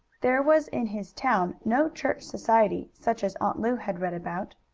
there was in his town no church society, such as aunt lu had read about.